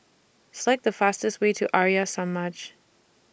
Select The fastest Way to Arya Samaj